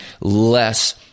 less